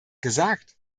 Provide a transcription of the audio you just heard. gesagt